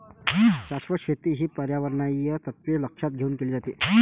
शाश्वत शेती ही पर्यावरणीय तत्त्वे लक्षात घेऊन केली जाते